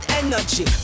energy